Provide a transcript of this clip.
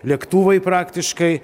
lėktuvai praktiškai